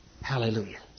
Hallelujah